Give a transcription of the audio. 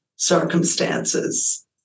circumstances